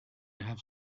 have